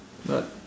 what